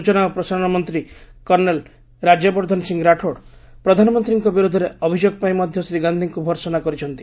ସ୍ବଚନା ଓ ପ୍ରସାରଣ ମନ୍ତ୍ରୀ କର୍ଷେଲ୍ ରାଜ୍ୟବର୍ଦ୍ଧନ ସିଂ ରାଠୋଡ଼୍ ପ୍ରଧାନମନ୍ତ୍ରୀଙ୍କ ବିରୋଧରେ ଅଭିଯୋଗପାଇଁ ମଧ୍ୟ ଶ୍ରୀ ଗାନ୍ଧିଙ୍କୁ ଭର୍ସନା କରିଛନ୍ତି